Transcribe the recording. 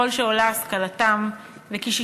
ככל שעולה השכלתם, וכי